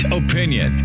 opinion